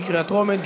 בקריאה טרומית.